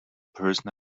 person